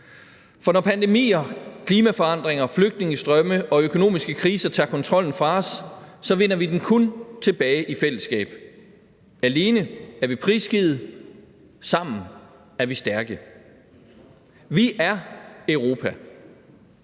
For når pandemier, klimaforandringer, flygtningestrømme og økonomiske kriser tager kontrollen fra os, vinder vi den kun tilbage i fællesskab. Alene er vi prisgivet. Sammen er vi stærke. Vi er Europa,